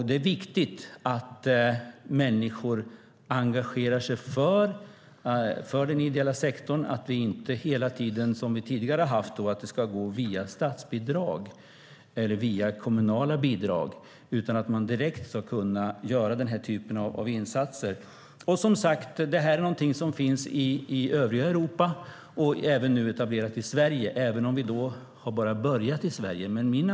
Det är viktigt att människor engagerar sig för den ideella sektorn, att det inte hela tiden, som tidigare, ska gå via statsbidrag eller kommunala bidrag, utan att man direkt ska kunna göra den här typen av insatser. Som sagt är det här någonting som finns i övriga Europa och som nu även etablerats i Sverige, även om vi i Sverige bara har börjat.